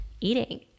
eating